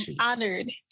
honored